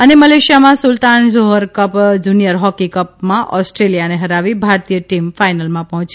ત મલેશિયામાં સુલતાન જોફર કપ જુનિયર હોકી કપમાં ઓસ્ટ્રેલિયાને ફરાવી ભારતીય ટીમ ફાઇનલમાં પહોંચી